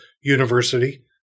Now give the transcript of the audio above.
University